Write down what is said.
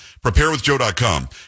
Preparewithjoe.com